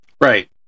right